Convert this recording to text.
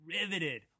riveted